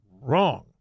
Wrong